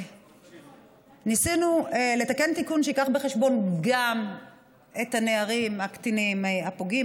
ניסינו לתקן תיקון שיביא בחשבון גם את הנערים הקטינים הפוגעים,